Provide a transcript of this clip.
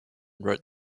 wrote